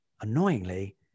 annoyingly